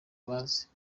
bazi